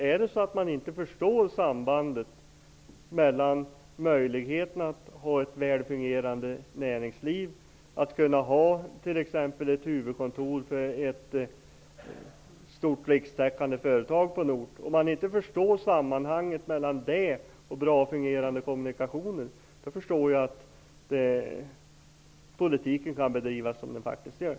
Om man inte begriper sambandet mellan möjligheten att ha ett väl fungerande näringsliv -- det gäller t.ex. att kunna ha ett huvudkontor för ett stort rikstäckande företag på en ort -- och väl fungerande kommunikationer, förstår jag att politiken kan bedrivas så som nu sker.